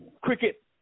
cricket